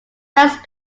first